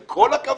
עם כל הכבוד.